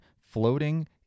floating